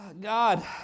God